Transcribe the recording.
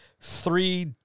three